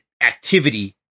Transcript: activity